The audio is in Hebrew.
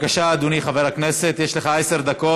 בבקשה, אדוני, חבר הכנסת, יש לך עשר דקות.